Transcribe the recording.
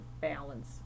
balance